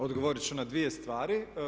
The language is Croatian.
Odgovoriti ću na dvije stvari.